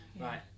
Right